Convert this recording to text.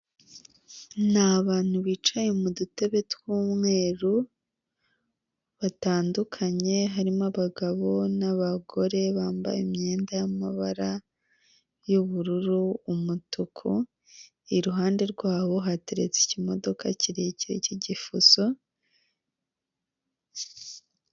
Ni abantu bicaye mu dutebe tw'umweru batandukanye harimo abagabo n'abagore bambaye imyenda y'amabara y'ubururu, umutuku iruhande rwabo hateretse ikimodoka kirekire cy'igifoso...